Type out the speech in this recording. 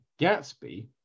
Gatsby